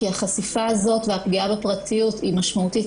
כי החשיפה הזאת והפגיעה בפרטיות היא משמעותית